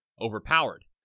overpowered